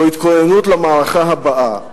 זו התכוננות למערכה הבאה.